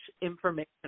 information